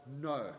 no